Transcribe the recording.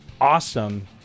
awesome